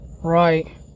Right